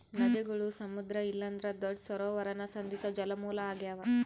ನದಿಗುಳು ಸಮುದ್ರ ಇಲ್ಲಂದ್ರ ದೊಡ್ಡ ಸರೋವರಾನ ಸಂಧಿಸೋ ಜಲಮೂಲ ಆಗ್ಯಾವ